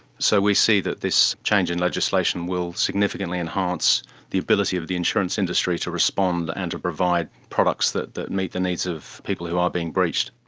so we see that this change in legislation will significantly enhance the ability of the insurance industry to respond and to provide products that that meet the needs of people who are being breached.